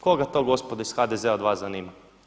Koga to gospodo iz HDZ-a od vas zanima?